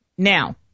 Now